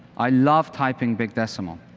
i love typing big decimal.